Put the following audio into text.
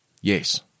Yes